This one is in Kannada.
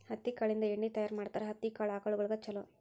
ಹತ್ತಿ ಕಾಳಿಂದ ಎಣ್ಣಿ ತಯಾರ ಮಾಡ್ತಾರ ಹತ್ತಿ ಕಾಳ ಆಕಳಗೊಳಿಗೆ ಚುಲೊ